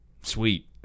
sweet